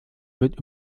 wird